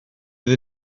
fydd